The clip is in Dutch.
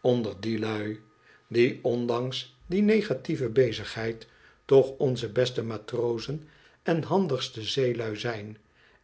onder die lui die ondanks die negatieve bezigheid toch onze beste matrozen en handigste zeelui zijn